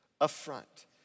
affront